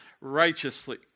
righteously